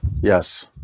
Yes